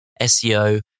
SEO